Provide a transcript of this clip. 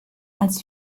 als